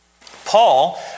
Paul